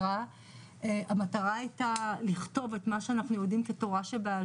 עשייה שהיא חיובית וכמה עם הפנים לפנים כך נפש האדם